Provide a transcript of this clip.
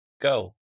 go